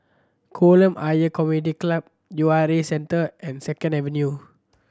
Kolam Ayer Community Club U R A Centre and Second Avenue